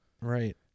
Right